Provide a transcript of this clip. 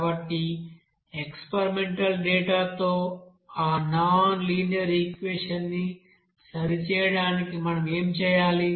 కాబట్టి experimental data తో ఆ నాన్ లీనియర్ ఈక్వెషన్ ని సరిచేయడానికి మనం ఏమి చేయాలి